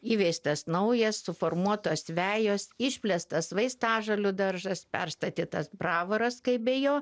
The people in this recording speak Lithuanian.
įveistas naujas suformuotos vejos išplėstas vaistažolių daržas perstatytas bravoras kaip be jo